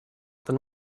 than